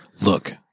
look